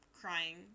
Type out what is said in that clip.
crying